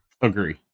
Agree